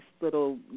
little